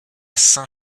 saint